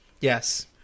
Yes